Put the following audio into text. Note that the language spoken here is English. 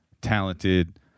talented